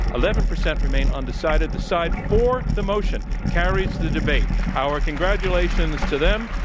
eleven percent remain undecided. the side for the motion carries the debate. our congratulations to them,